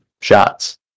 shots